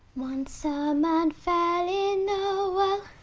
once a man fell in a well,